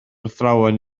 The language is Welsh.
athrawon